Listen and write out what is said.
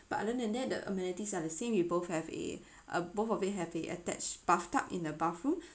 but other than that the amenities are the same you both have a uh both of them have the attached bath tub in the bathroom